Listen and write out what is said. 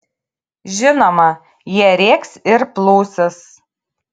žinoma jie rėks ir plūsis